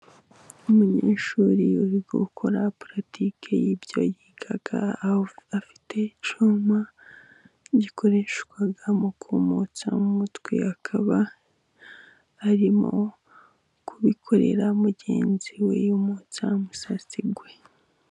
Umunyeshuri uri gukora puratike y'ibyo yiga, aho afite icyuma gikoreshwa mu kumutsa mu mutwe, akaba arimo kubikorera mugenzi we yumutsa umusatsi we.